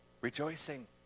Rejoicing